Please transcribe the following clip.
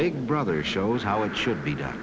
big brother shows how it should be done